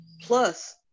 Plus